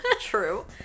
true